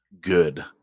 Good